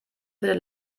würde